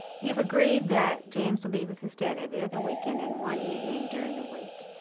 you've agreed that james will be with his dad every other weekend and one evening during the week.